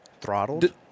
throttled